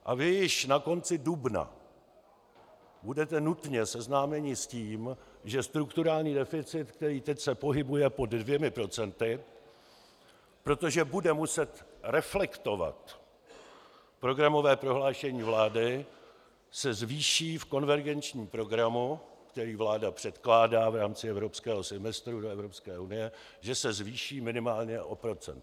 A vy již na konci dubna budete nutně seznámeni s tím, že se strukturální deficit, který teď se pohybuje pod 2 %, protože bude muset reflektovat programové prohlášení vlády, zvýší v konvergenčním programu, který vláda předkládá v rámci evropského semestru do Evropské unie, zvýší minimálně o procento.